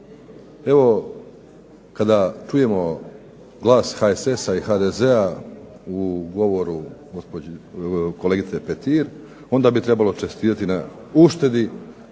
Evo kada čujemo glas HSS-a i HDZ-a u govoru kolegice Petir onda bi trebalo čestitati na uštedi